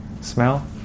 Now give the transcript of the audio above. smell